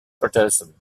patterson